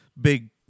big